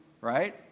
right